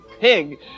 pig